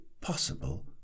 possible